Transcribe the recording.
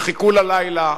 וחיכו ללילה.